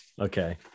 okay